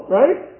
right